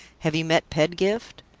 have you met pedgift?